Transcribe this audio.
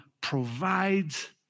provides